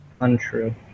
Untrue